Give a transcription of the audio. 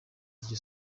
iryo